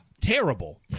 Terrible